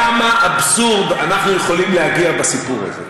לאיזה אבסורד אנחנו יכולים להגיע בסיפור הזה.